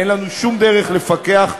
אין לנו שום דרך לפקח ולדעת.